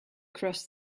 cross